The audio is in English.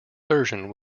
version